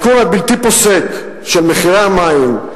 הייקור הבלתי-פוסק של המים,